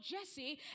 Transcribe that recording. Jesse